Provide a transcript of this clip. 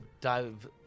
dive